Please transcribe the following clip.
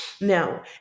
Now